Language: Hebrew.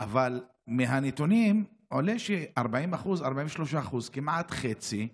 אבל מהנתונים עולה של-40%, כמעט חצי,